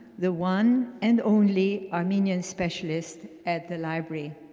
the one and only armenian specialist at the library.